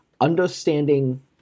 Understanding